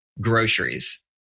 groceries